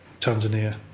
Tanzania